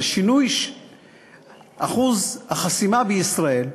זה שינוי אחוז החסימה בישראל,